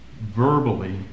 verbally